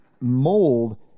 mold